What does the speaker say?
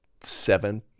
seven